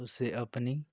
उसे अपनी